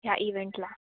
ह्या इवेंटला